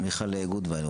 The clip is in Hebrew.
מיכאל גוטוויין,